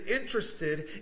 interested